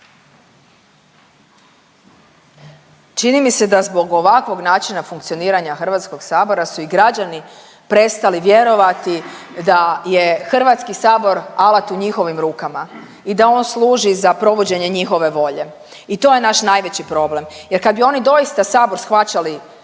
Čini mi se da zbog ovakvog načina funkcioniranja HS-a su i građani prestali vjerovati da je HS alat u njihovim rukama i da on služi za provođenje njihove volje i to je naš najveći problem jer kad bi oni doista Sabor shvaćali